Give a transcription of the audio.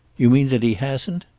you mean that he hasn't?